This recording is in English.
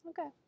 okay